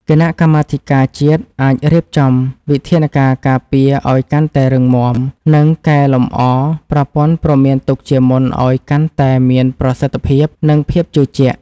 គណៈកម្មាធិការជាតិអាចរៀបចំវិធានការការពារឱ្យកាន់តែរឹងមាំ និងកែលម្អប្រព័ន្ធព្រមានទុកជាមុនឱ្យកាន់តែមានប្រសិទ្ធភាព និងភាពជឿជាក់។